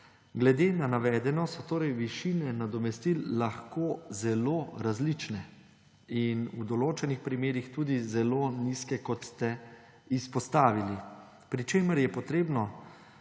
Glede na navedeno so torej višine nadomestil lahko zelo različne in v določenih primerih tudi zelo nizke, kot ste izpostavili, pri čemer je potrebno